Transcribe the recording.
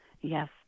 Yes